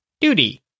duty